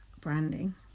branding